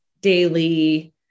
daily